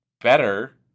better